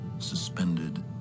suspended